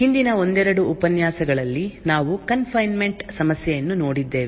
ಹಿಂದಿನ ಒಂದೆರಡು ಉಪನ್ಯಾಸಗಳಲ್ಲಿ ನಾವು ಕನ್ ಫೈನ್ಮೆಂಟ್ ಸಮಸ್ಯೆಯನ್ನು ನೋಡಿದ್ದೇವೆ